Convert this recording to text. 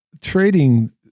trading